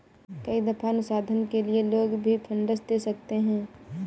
कई दफा अनुसंधान के लिए लोग भी फंडस दे सकते हैं